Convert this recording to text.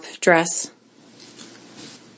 dress